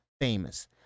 famous